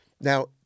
Now